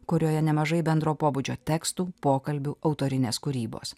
kurioje nemažai bendro pobūdžio tekstų pokalbių autorinės kūrybos